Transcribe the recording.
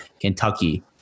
Kentucky